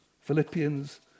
Philippians